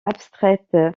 abstraite